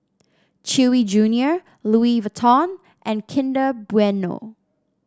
Chewy Junior Louis Vuitton and Kinder Bueno